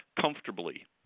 comfortably